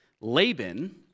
Laban